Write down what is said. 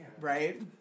Right